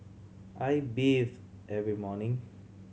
I bathe every morning